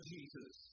Jesus